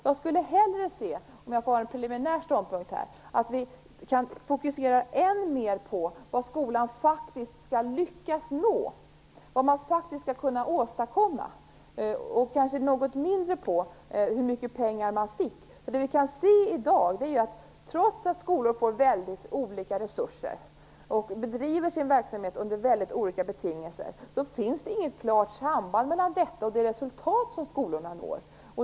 Om jag får ha en preliminär ståndpunkt skulle jag hellre se att vi fokuserar än mer på vad skolan faktiskt skall lyckas nå, vad den faktiskt skall kunna åstadkomma, och att vi fokuserar något mindre på hur mycket pengar man får. Det som vi i dag kan se är att det, trots att skolorna får väldigt olika resurser och bedriver sin verksamhet under väldigt olika betingelser, inte finns något klart samband mellan detta och det resultat som skolorna når.